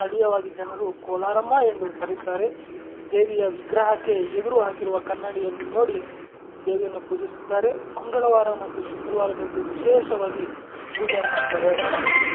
ಸ್ಥಳೀಯವಾಗಿ ಜನರು ಕೋಲಾರಮ್ಮ ಎಂದು ಕರೆಯುತ್ತಾರೆ ದೇವಿಯ ವಿಗ್ರಹಕ್ಕೆ ಎದುರು ಹಾಕಿರುವ ಕನ್ನಡಿಯಲ್ಲಿ ನೋಡಿ ದೇವಿಯನ್ನು ಪೂಜಿಸುತ್ತಾರೆ ಮಂಗಳವಾರ ಮತ್ತು ಶುಕ್ರವಾರದಂದು ವಿಶೇಷವಾಗಿ ಪೂಜೆ ಮಾಡ್ತಾರೆ